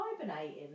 hibernating